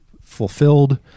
fulfilled